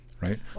Right